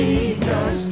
Jesus